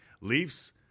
Leafs